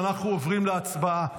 ואנחנו עוברים להצבעה.